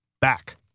back